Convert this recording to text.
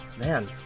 man